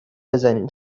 بزنیم